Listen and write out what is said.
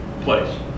place